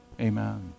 amen